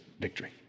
victory